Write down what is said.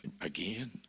again